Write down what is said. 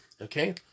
okay